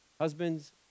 Husband's